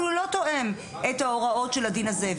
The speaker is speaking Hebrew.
אבל הוא לא תואם את ההוראות של הדין הזה.